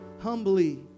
humbly